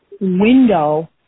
window